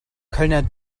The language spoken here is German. kölner